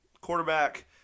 quarterback